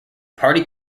party